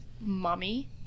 mommy